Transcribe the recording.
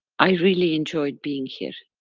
i really enjoyed being here.